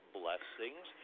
blessings